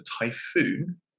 Typhoon